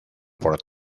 por